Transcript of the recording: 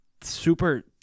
super